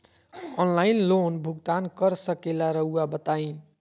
Online loan भुगतान कर सकेला राउआ बताई?